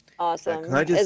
Awesome